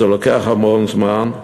וזה לוקח המון זמן.